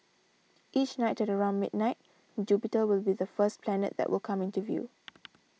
each night at around midnight Jupiter will be the first planet that will come into view